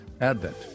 Advent